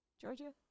Georgia